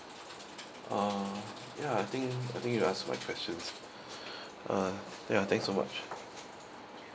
ah ya I think I think you answer my questions uh ya thank so much